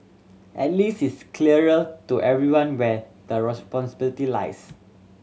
at least it's clearer to everyone where the responsibility lies